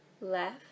left